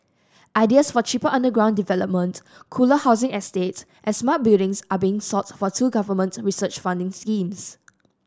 ideas for cheaper underground development cooler housing estates and smart buildings are being sought for two government research funding schemes